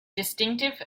distinctive